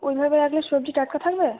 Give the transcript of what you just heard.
ওইভাবে রাখলে সবজি টাটকা থাকবে